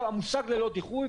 המושג "ללא דיחוי",